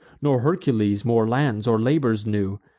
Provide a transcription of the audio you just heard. nor hercules more lands or labors knew,